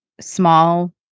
small